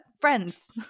friends